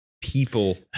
people